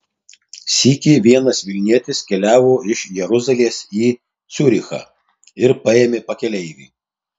sykį vienas vilnietis keliavo iš jeruzalės į ciurichą ir paėmė pakeleivį